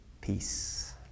peace